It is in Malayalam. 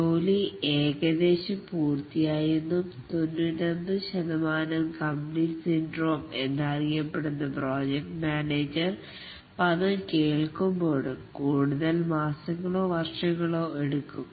ജോലി ഏകദേശം പൂർത്തിയായെന്നും 99 കംപ്ലീറ്റ് സിൻഡ്രോം എന്നറിയപ്പെടുന്ന പ്രോജക്റ്റ് മാനേജർ പദം കേൾക്കുമ്പോഴും കൂടുതൽ മാസങ്ങളോ വർഷങ്ങളോ എടുക്കും